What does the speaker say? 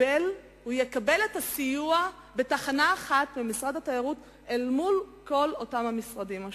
יקבל את הסיוע בתחנה אחת במשרד התיירות אל מול כל המשרדים השונים.